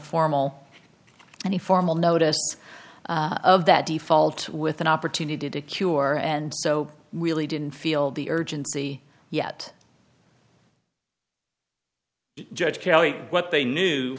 formal any formal notice of that default with an opportunity to cure and so we really didn't feel the urgency yet judge kelly what they knew